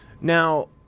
Now